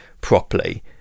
properly